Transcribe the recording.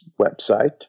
website